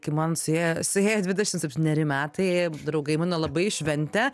kai man suėjo suėjo dvidešim septyneri metai draugai mano labai švente